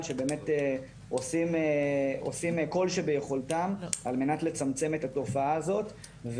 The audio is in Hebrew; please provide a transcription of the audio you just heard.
שבאמת עושים כל שביכולתם על מנת לצמצם את התופעה הזאת.